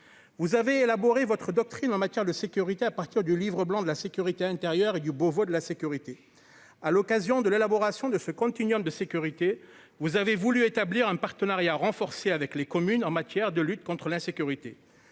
vous avez élaboré votre doctrine en matière de sécurité à partir du Livre blanc de la sécurité intérieure et du Beauvau de la sécurité à l'occasion de l'élaboration de ce continuant de sécurité, vous avez voulu établir un partenariat renforcé avec les communes en matière de lutte contre l'insécurité,